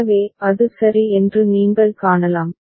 எனவே அது சரி என்று நீங்கள் காணலாம்